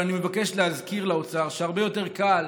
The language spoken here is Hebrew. אבל אני מבקש להזכיר לאוצר שהרבה יותר קל